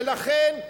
ולכן,